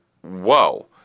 whoa